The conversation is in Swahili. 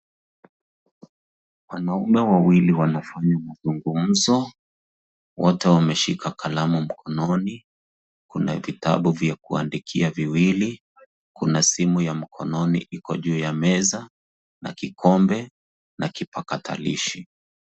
Wanaume wawili wanafanya mazungumzo. Wote wameshika kalamu mkononi. Kuna vitabu vya kuandikia viwili. Kuna simu ya mkononi iko juu ya meza, na kikombe na kipakatalishi.